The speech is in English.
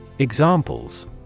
Examples